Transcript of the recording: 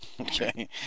Okay